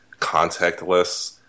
contactless